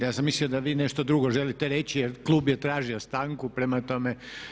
Ja sam mislio da vi nešto drugo želite reći jer klub je tražio stanku, prema tome.